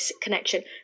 connection